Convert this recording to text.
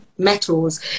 Metals